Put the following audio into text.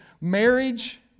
marriage